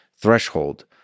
threshold